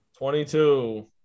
22